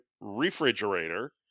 refrigerator